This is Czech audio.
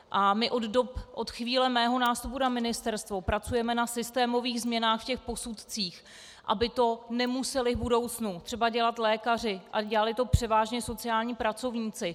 A my od chvíle mého nástupu na ministerstvo pracujeme na systémových změnách v těch posudcích, aby to nemuseli v budoucnu třeba dělat lékaři, ale dělali to převážně sociální pracovníci.